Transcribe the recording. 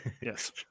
Yes